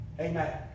Amen